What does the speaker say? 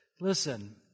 Listen